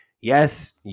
Yes